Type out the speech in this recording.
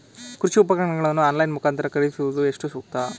ಕೃಷಿ ಉಪಕರಣಗಳನ್ನು ಆನ್ಲೈನ್ ಮುಖಾಂತರ ಖರೀದಿಸುವುದು ಎಷ್ಟು ಸೂಕ್ತ?